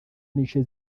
n’igice